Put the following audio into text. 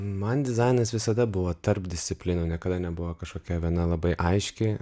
man dizainas visada buvo tarpdisciplininė nebuvo kažkokia viena labai aiški